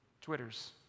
twitters